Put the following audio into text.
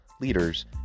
leaders